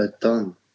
done